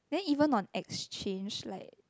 then even on exchange like